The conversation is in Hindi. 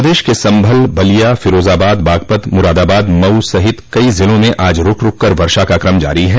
प्रदेश के सम्भल बलिया फिरोजाबाद बागपत मुरादाबाद मऊ सहित कई जिलों में आज रूक रूककर वर्षा का क्रम जारी है